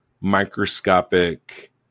microscopic